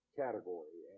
category